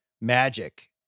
Magic